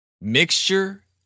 Mixture